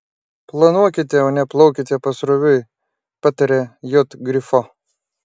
planuokite o ne plaukite pasroviui pataria j grifo